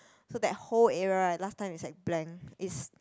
so that whole area right last time is like blank is